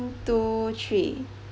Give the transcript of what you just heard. two three